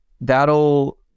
that'll